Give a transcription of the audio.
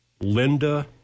Linda